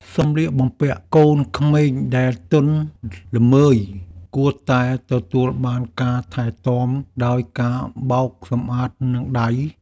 សម្លៀកបំពាក់កូនក្មេងដែលទន់ល្មើយគួរតែទទួលបានការថែទាំដោយការបោកសម្អាតនឹងដៃ។